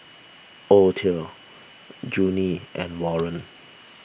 Othel Junie and Warren